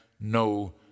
no